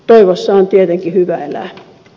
toivossa on tietenkin hyvä enää